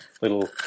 little